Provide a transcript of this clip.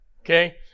Okay